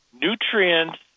nutrients